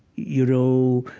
you know,